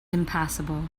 impassable